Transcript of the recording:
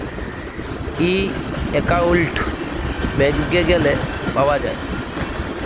ই account ব্যাংকে গ্যালে পাউয়া যায়